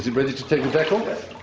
ready to take the deck off?